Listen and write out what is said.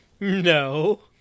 No